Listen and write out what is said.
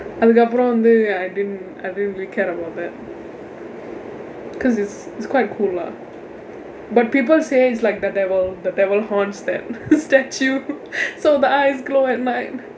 அதுக்கு அப்புறம் வந்து:athukku appuram vandthu I didn't I didn't care about that cause it's it's quite cool lah but people say it's like the devil the devil haunts that statue so the eyes glow at night